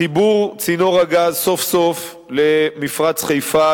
חיבור צינור הגז סוף-סוף למפרץ חיפה,